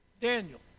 Daniel